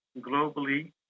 globally